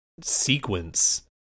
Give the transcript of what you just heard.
sequence